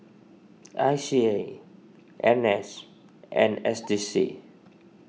I C A N S and S D C